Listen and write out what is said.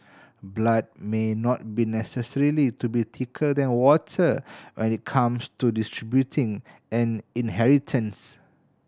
blood may not be necessarily be thicker than water when it comes to distributing an inheritance